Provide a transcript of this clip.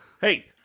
Hey